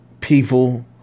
people